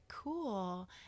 cool